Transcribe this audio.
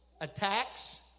attacks